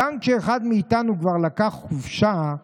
'גם כשאחד מאיתנו כבר לקח חופשה,